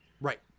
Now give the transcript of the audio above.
Right